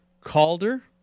Calder